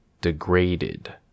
degraded